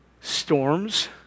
storms